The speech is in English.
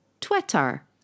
Twitter